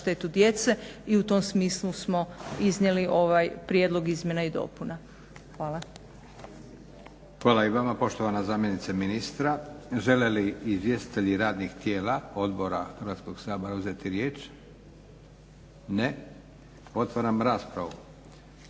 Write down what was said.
štetu djece i u tom smislu smo iznijeli ovaj prijedlog izmjena i dopuna. Hvala. **Leko, Josip (SDP)** Hvala i vama poštovana zamjenice ministra. Žele li izvjestitelji radnih tijela, odbora Hrvatskoga sabora uzeti riječ? Ne. Otvaram raspravu.